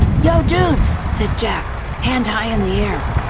yo, dudes, said jack, hand high in the air.